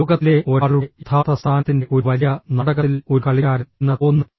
ലോകത്തിലെ ഒരാളുടെ യഥാർത്ഥ സ്ഥാനത്തിന്റെ ഒരു വലിയ നാടകത്തിൽ ഒരു കളിക്കാരൻ എന്ന തോന്നൽ